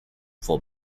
for